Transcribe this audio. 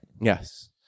Yes